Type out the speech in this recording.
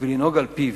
ולנהוג על-פיו.